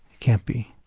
can't be.